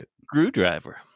screwdriver